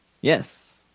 Yes